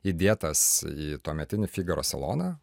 įdėtas į tuometinį figaro saloną